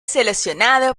seleccionado